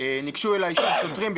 ניגשו אליי שני שוטרים,